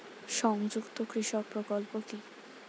সংযুক্ত কৃষক প্রকল্প কি?